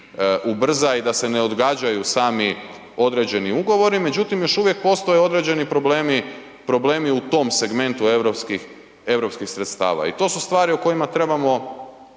ubrza i da se ne odgađaju sami određeni ugovori, međutim još uvijek postoje određeni problemi, problemi u tom segmentu europskih sredstava. I to su stvari o kojima trebamo